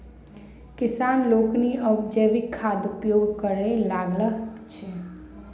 किसान लोकनि आब जैविक खादक उपयोग करय लगलाह अछि